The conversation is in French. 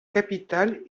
capitale